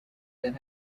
that